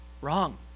Wrong